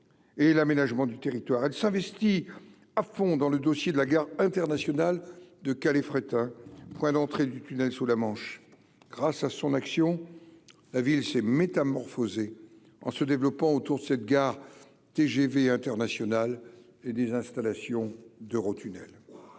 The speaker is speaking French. et l'aménagement du territoire, elle s'investit à fond dans le dossier de la gare internationale de Calais Fréthun, point l'entrée du tunnel sous la Manche, grâce à son action, la ville s'est métamorphosé en se développant autour de cette gare TGV international et des installations d'Eurotunnel